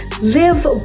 live